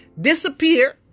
disappear